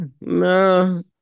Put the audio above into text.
No